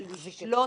זה לשלוט